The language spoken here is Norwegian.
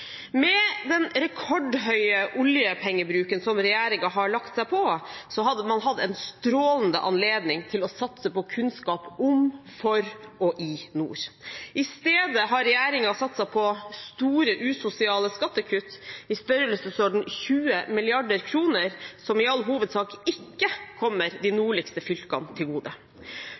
Med den rekordhøye oljepengebruken som regjeringen har lagt seg på, hadde man hatt en strålende anledning til å satse på kunnskap om, for og i nord. I stedet har regjeringen satset på store usosiale skattekutt i størrelsesorden 20 mrd. kr, som i all hovedsak ikke kommer de nordligste fylkene til gode.